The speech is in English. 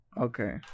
okay